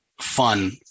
fun